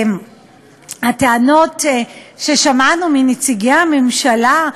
הטענות ששמענו מנציגי הממשלה,